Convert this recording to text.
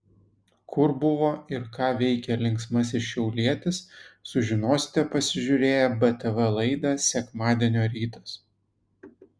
kur buvo ir ką veikė linksmasis šiaulietis sužinosite pasižiūrėję btv laidą sekmadienio rytas